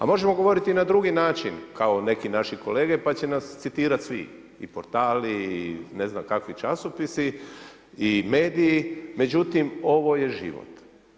A možemo govoriti i na drugi način kao neki naši kolege pa će nas citirati svi i portali i ne znam kakvi časopisi i mediji, međutim ovo je život.